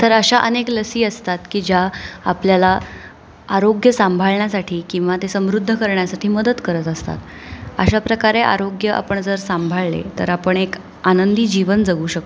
तर अशा अनेक लसी असतात की ज्या आपल्याला आरोग्य सांभाळण्यासाठी किंवा ते समृद्ध करण्यासाठी मदत करत असतात अशाप्रकारे आरोग्य आपण जर सांभाळले तर आपण एक आनंदी जीवन जगू शकतो